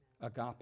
Agape